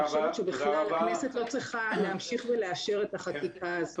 אני חושבת שהכנסת לא צריכה להמשיך ולאשר את החקיקה הזאת.